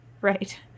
Right